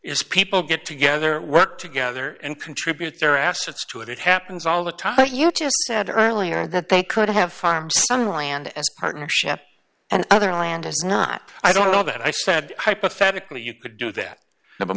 is people get together work together and contribute their assets to it it happens all the time but you just said earlier that they could have farms on land as partnerships and other i and it's not i don't know that i said hypothetically you could do that but